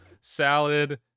salad